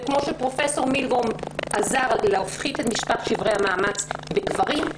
כפי שפרופ' מילגרום עזר להפחית את מספר שברי המאמץ בגברים,